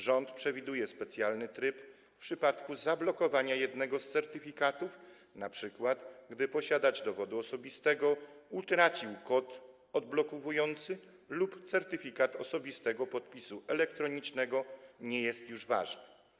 Rząd przewiduje specjalny tryb w przypadku zablokowania jednego z certyfikatów, np. gdy posiadacz dowodu osobistego utracił kod odblokowujący lub certyfikat osobistego podpisu elektronicznego nie jest już ważny.